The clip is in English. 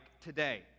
today